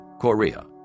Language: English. Korea